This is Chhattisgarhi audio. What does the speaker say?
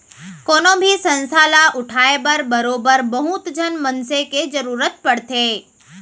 कोनो भी संस्था ल उठाय बर बरोबर बहुत झन मनसे के जरुरत पड़थे